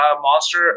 monster